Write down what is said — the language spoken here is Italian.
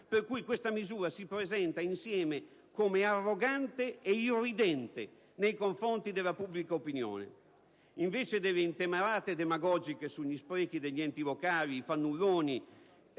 per cui questa misura si presenta insieme come arrogante e irridente nei confronti della pubblica opinione. Invece delle intemerate demagogiche sugli sprechi degli enti locali, sui fannulloni